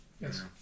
Yes